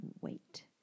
wait